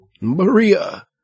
Maria